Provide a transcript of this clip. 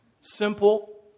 simple